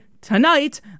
tonight